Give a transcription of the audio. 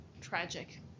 tragic